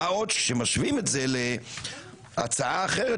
מה עוד כשמשווים את זה להצעה אחרת